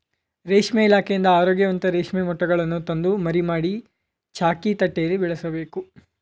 ರೇಷ್ಮೆ ಇಲಾಖೆಯಿಂದ ಆರೋಗ್ಯವಂತ ರೇಷ್ಮೆ ಮೊಟ್ಟೆಗಳನ್ನು ತಂದು ಮರಿ ಮಾಡಿ, ಚಾಕಿ ತಟ್ಟೆಯಲ್ಲಿ ಬೆಳೆಸಬೇಕು